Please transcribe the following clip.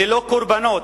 ללא קורבנות,